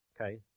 Okay